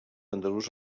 andalús